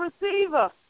receiver